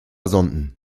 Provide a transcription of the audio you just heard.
sonden